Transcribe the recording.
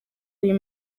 uyu